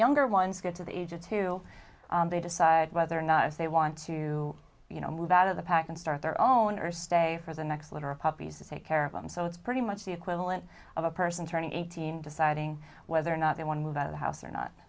younger ones get to the age of two they decide whether or not they want to you know move out of the pack and start their own or stay for the next litter of puppies and take care of them so it's pretty much the equivalent of a person turning eighteen deciding whether or not they want to move out of the house or not